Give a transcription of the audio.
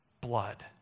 blood